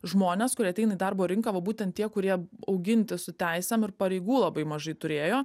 žmones kurie ateina į darbo rinką va būtent tie kurie auginti su teisėm ir pareigų labai mažai turėjo